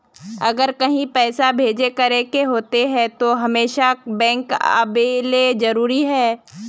अगर कहीं पैसा भेजे करे के होते है तो हमेशा बैंक आबेले जरूरी है?